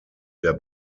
der